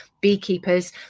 beekeepers